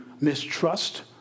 mistrust